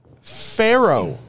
Pharaoh